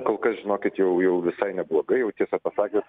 kol kas žinokit jau jau visai neblogai jau tiesą pasakius